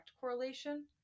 correlation